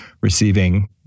receiving